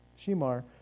Shimar